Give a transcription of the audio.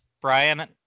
Brian